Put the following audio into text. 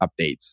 updates